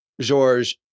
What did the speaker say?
Georges